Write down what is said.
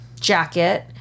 jacket